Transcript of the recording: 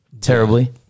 terribly